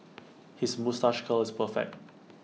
his moustache curl is perfect